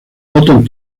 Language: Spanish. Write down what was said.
otón